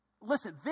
Listen